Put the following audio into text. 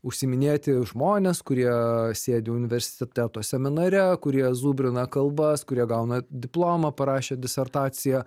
užsiiminėti žmonės kurie sėdi universiteto seminare kurie zubrina kalbas kurie gauna diplomą parašė disertaciją